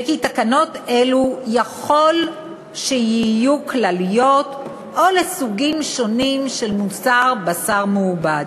וכי תקנות אלו יכול שיהיו כלליות או לסוגים שונים של מוצר בשר מעובד.